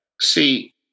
See